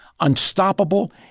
unstoppable